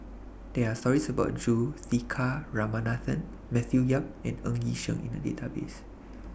There Are stories about Juthika Ramanathan Matthew Yap and Ng Yi Sheng in The Database